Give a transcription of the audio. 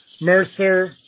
Mercer